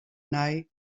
nij